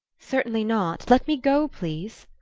certainly not. let me go, please.